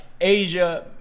Asia